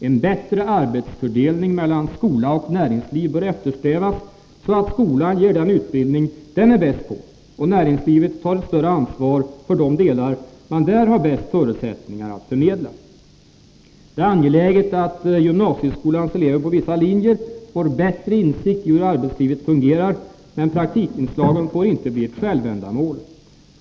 En bättre arbetsfördelning mellan skola och näringsliv bör eftersträvas, så att skolan ger den utbildning den är bäst på och näringslivet tar ett större ansvar för de delar som det har bästa förutsättningarna att förmedla. Det är angeläget att gymnasieskolans elever på vissa linjer får bättre insikt i hur arbetslivet fungerar, men praktikinslagen får inte bli ett självändamål.